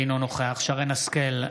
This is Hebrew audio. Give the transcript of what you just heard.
אינו נוכח שרן מרים השכל,